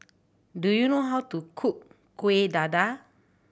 do you know how to cook Kuih Dadar